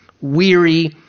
weary